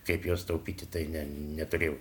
kaip juos taupyti tai ne neturėjau